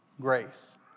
grace